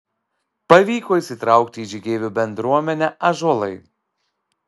pavyko įsitraukti į žygeivių bendruomenę ąžuolai